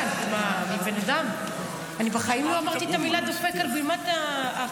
--- אני בחיים לא אמרתי את המילה "דופק" על בימת הכנסת.